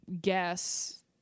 guess